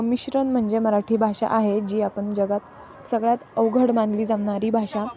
मिश्रण म्हणजे मराठी भाषा आहे जी आपण जगात सगळ्यात अवघड मानली जणारी भाषा